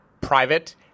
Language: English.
private